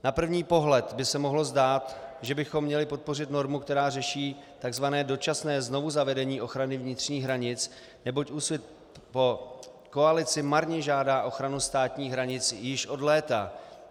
Na první pohled by se mohlo zdát, že bychom měli podpořit normu, která řeší takzvané dočasné zavedení ochrany vnitřních hranic, neboť Úsvit po koalici marně žádá ochranu státních hranic již od léta.